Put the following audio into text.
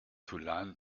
tulane